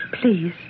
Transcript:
Please